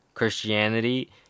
Christianity